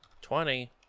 Twenty